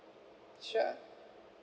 sure